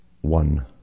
one